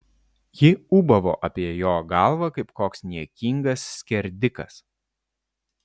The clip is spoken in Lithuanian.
ji ūbavo apie jo galvą kaip koks niekingas skerdikas